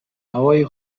هوای